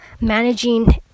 managing